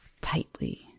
tightly